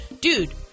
dude